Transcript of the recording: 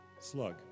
slug